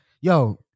Yo